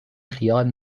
خیال